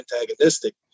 antagonistic